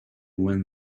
when